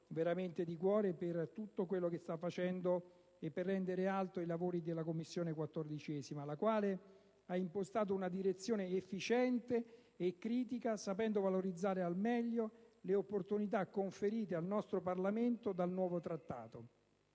veramente di cuore per tutto quello che sta facendo per rendere alto il lavoro svolto dalla 14a Commissione), la quale ha impostato una direzione efficiente e critica, sapendo valorizzare al meglio le opportunità conferite al nostro Parlamento dal nuovo Trattato.